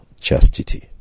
chastity